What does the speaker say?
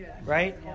right